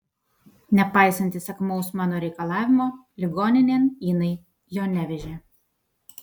nepaisant įsakmaus mano reikalavimo ligoninėn jinai jo nevežė